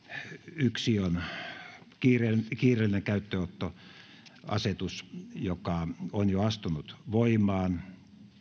yksi on kiireellinen käyttöönottoasetus joka on jo astunut voimaan